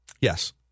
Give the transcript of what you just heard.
Yes